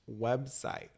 website